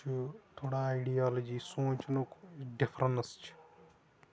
چھُ تھوڑا آیڈیولجی سونچنُک ڈفرنٕس چھ